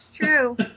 true